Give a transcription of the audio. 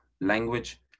language